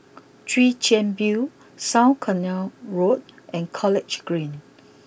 Chwee Chian view South Canal Road and College Green